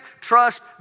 trust